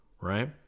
right